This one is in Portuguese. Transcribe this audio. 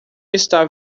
está